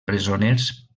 presoners